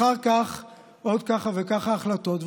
אחר כך עוד ככה וככה החלטות.